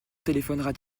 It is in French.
téléphonera